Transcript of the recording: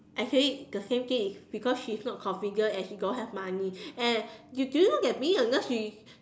I say the same thing is because she is not confident and she don't have money and do do you know that being a nurse she